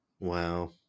wow